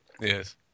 Yes